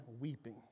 weeping